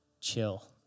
chill